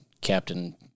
Captain